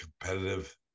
competitive